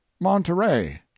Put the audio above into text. Monterey